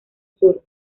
sur